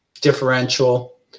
differential